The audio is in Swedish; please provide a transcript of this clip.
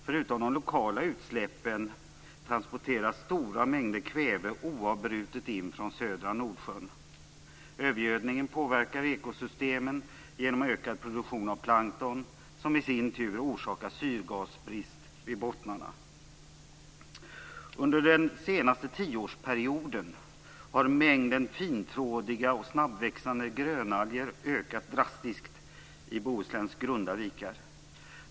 Förutom de lokala utsläppen transporteras stora mängder kväve oavbrutet in från södra Nordsjön. Övergödningen påverkar ekosystemen genom ökad produktion av plankton, som i sin tur orsakar syrgasbrist vid bottnarna. Under den senaste tioårsperioden har mängden fintrådiga och snabbväxande grönalger ökat drastiskt i Bohusläns grunda vikar.